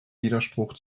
widerspruch